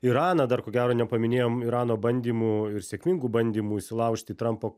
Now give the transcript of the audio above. iraną dar ko gero nepaminėjom irano bandymų ir sėkmingų bandymų įsilaužti į trumpo